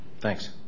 Thanks